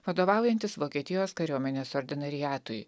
vadovaujantis vokietijos kariuomenės ordinariatui